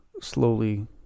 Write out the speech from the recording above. slowly